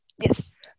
Yes